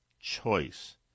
choice